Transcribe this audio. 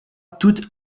tout